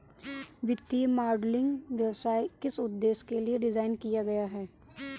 वित्तीय मॉडलिंग व्यवसाय किस उद्देश्य के लिए डिज़ाइन किया गया है?